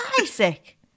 Isaac